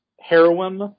heroin